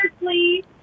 please